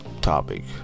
topic